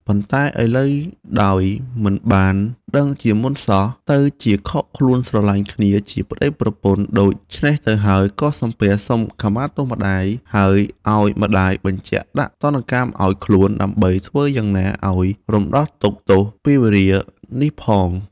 ប៉ុន្តែឥឡូវដោយមិនបានដឹងជាមុនសោះ ទៅជាខកខ្លួនស្រឡាញ់គ្នាជាប្តីប្រពន្ធដូច្នេះទៅហើយ ក៏សំពះសុំខមាទោសម្តាយ ហើយឱ្យម្ដាយបញ្ជាដាក់ទណ្ឌកម្មឱ្យខ្លួន ដើម្បីធ្វើយ៉ាងណាឱ្យបានរំដោះទុក្ខទោសពៀរវេរានេះផង។